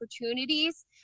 opportunities